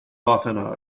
often